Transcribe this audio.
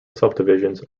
subdivisions